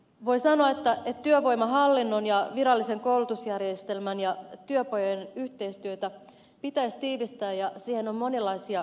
voi sanoa että työvoimahallinnon ja virallisen koulutusjärjestelmän ja työpajojen yhteistyötä pitäisi tiivistää ja siihen on monenlaisia tapoja